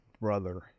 brother